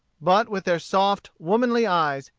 but, with their soft, womanly eyes,